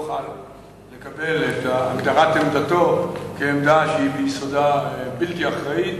לקבל את הגדרת עמדתו כעמדה שהיא ביסודה בלתי אחראית.